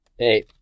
Hey